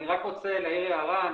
רק רוצה להעיר הערה.